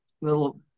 little